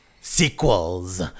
sequels